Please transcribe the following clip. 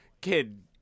Kid